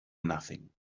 nothing